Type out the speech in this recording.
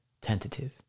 tentative